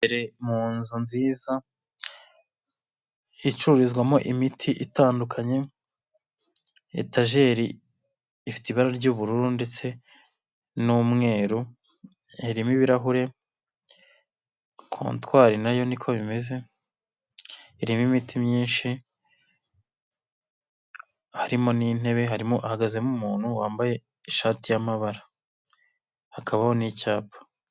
Dore mu nzu nziza icururizwamo imiti itandukanye, etajeri ifite ibara ry'ubururu ndetse n'umweru, irimo ibirahure, kontwari nayo niko bimeze, irimo imiti myinshi, harimo n'intebe, harimo hahagazemo umuntu wambaye ishati y'amabara, hakabaho n'icyapa.